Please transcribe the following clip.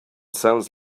sounds